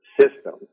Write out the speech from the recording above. system